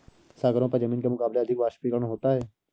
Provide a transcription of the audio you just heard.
सागरों पर जमीन के मुकाबले अधिक वाष्पीकरण होता है